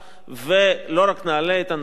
ולא רק נעלה את הנושא הזה על סדר-היום,